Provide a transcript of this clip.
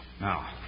Now